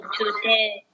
today